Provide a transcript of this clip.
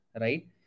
Right